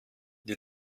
die